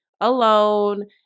alone